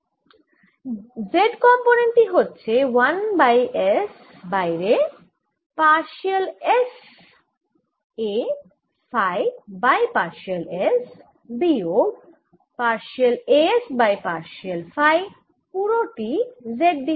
z component টি হচ্ছে 1 by s বাইরে partial s A phi by partial s বিয়োগ partial A s by partial phi পুরো টি z দিকে